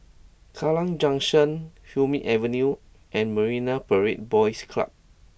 Kallang Junction Hume Avenue and Marine Parade Boys Club